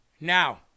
Now